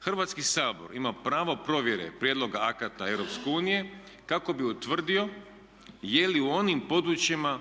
Hrvatski sabor ima pravo provjere prijedloga akata EU kako bi utvrdio je li u onim područjima